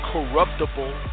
Corruptible